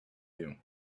you